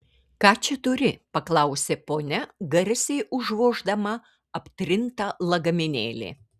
ką čia turi paklausė ponia garsiai užvoždama aptrintą lagaminėlį